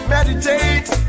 Meditate